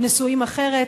נשואים אחרת,